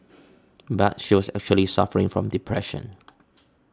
but she was actually suffering from depression